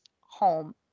home